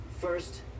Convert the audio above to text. First